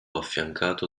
affiancato